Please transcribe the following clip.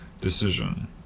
decision